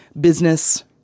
business